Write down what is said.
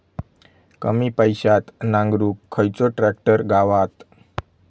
कमी पैशात नांगरुक खयचो ट्रॅक्टर गावात?